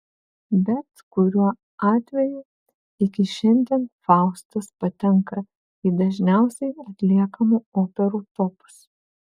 bet kuriuo atveju iki šiandien faustas patenka į dažniausiai atliekamų operų topus